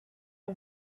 are